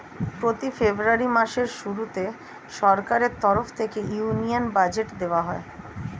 প্রতি ফেব্রুয়ারি মাসের শুরুতে সরকারের তরফ থেকে ইউনিয়ন বাজেট দেওয়া হয়